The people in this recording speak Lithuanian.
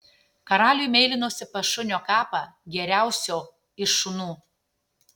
karaliui meilinosi pas šunio kapą geriausio iš šunų